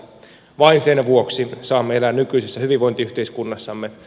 vain sen vuoksi saamme elää nykyisessä hyvinvointiyhteiskunnassamme